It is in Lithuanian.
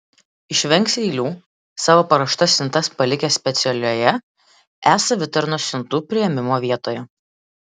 išvengs eilių savo paruoštas siuntas palikę specialioje e savitarnos siuntų priėmimo vietoje